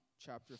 chapter